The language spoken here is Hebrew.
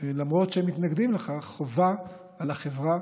שלמרות שהם מתנגדים לכך, חובה על החברה